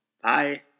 Bye